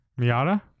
Miata